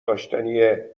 داشتنیه